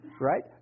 right